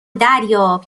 دریاب